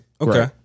Okay